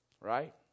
Right